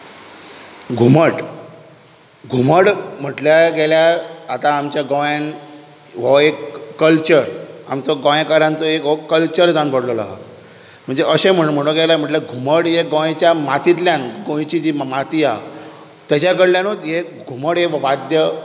घुमट घुमट म्हटल्यार गेल्यार आतां आमच्या गोंयांत हो एक कल्चर आमच्या गोंयकारांचो एक हो कल्चर जावन पडललो आहा म्हणचे अशें म्हणूंक आयलें म्हटल्यार घुमट हें गोंयच्या मातयेंतल्यान गोंयची जी माती आसा ताचे कडल्यानूच हें घुमट हें वाद्य